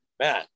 man